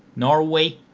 norway,